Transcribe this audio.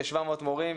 כ-700 מורים.